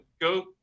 go